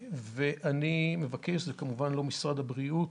ואני מבקש זה כמובן לא משרד הבריאות